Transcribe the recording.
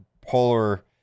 polar